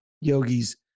yogis